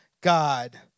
God